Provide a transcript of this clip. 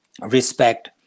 respect